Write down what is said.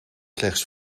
slechts